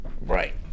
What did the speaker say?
Right